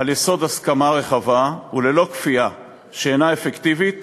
על יסוד הסכמה רחבה וללא כפייה שאינה אפקטיבית